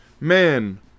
man